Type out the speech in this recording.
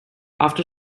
after